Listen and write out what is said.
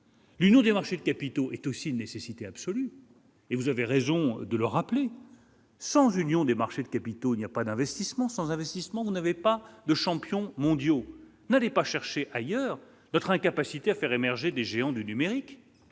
l'Union des marchés de capitaux est aussi une nécessité absolue et vous avez raison de le rappeler sans Union des marchés de capitaux, il n'y a pas d'investissement sans investissement n'avait pas de champions mondiaux, n'allez pas chercher ailleurs notre incapacité à faire émerger des géants du numérique,